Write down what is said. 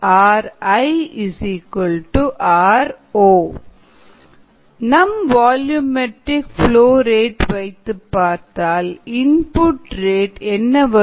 𝑟𝑖 𝑟𝑜 நம் volumetric flow rate வைத்துப்பார்த்தால் input rate என்ன வரும்